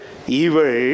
Evil